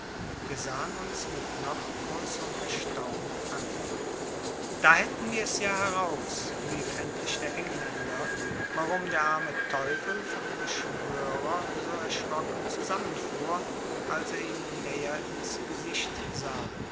wir sahen uns mit noch größerm erstaunen an da hätten wir es ja heraus rief endlich der engländer warum der arme teufel von beschwörer so erschrocken zusammenfuhr als er ihm näher ins gesicht sah